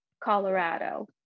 Colorado